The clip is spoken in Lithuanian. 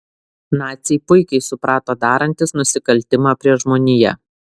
naciai puikiai suprato darantys nusikaltimą prieš žmoniją